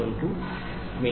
01 0